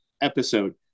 episode